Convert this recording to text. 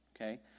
Okay